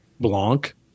Blanc